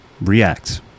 react